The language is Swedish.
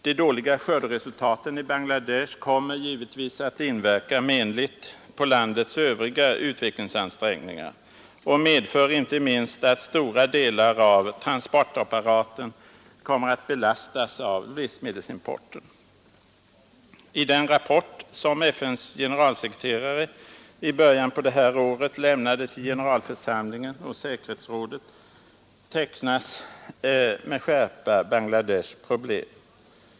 De dåliga skörderesultaten i Bangladesh kommer givetvis att inverka menligt på landets övriga utvecklingsansträngningar och medför inte minst att stora delar av transportapparaten kommer att belastas av livsmedelsimporten. I den rapport som FN:s generalsekreterare i början på det här året lämnade till generalförsamlingen och säkerhetsrådet tecknas med skärpa Bangladeshs problem.